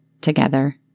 together